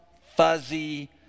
fuzzy